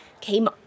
came